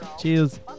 Cheers